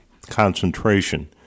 concentration